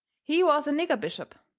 he was a nigger bishop,